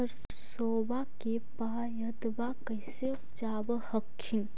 सरसोबा के पायदबा कैसे उपजाब हखिन?